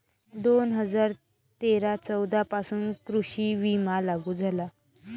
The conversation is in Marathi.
दोन हजार तेरा चौदा पासून कृषी विमा लागू झाला